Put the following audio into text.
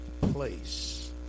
place